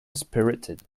spirited